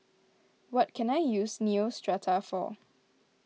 what can I use Neostrata for